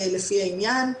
לפי העניין.